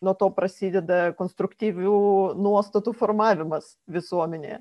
nuo to prasideda konstruktyvių nuostatų formavimas visuomenėje